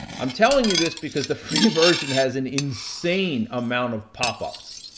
i'm telling you this because the free version has an insane amount of popups,